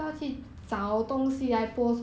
ya